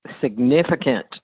significant